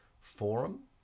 forum